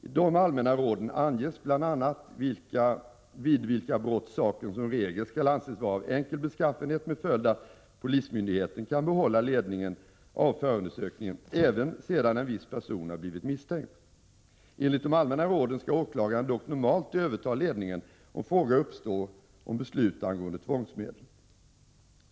I de allmänna råden anges bl.a. vid vilka brott saken som regel skall anses vara av enkel beskaffenhet, med följd att polismyndigheten kan behålla ledningen av förundersökningen även sedan en viss person har blivit misstänkt. Enligt de allmänna råden skall åklagaren dock normalt överta ledningen, om fråga uppstår om beslut angående tvångsmedel.